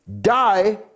die